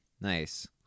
Nice